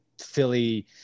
Philly